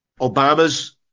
Obama's